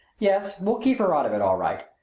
yes we'll keep her out of it, all right.